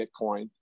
Bitcoin